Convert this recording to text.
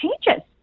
changes